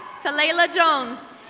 talayla jones.